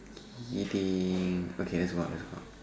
eating okay let's go out let's go out